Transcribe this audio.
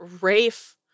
Rafe